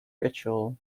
ritual